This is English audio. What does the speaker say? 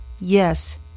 Yes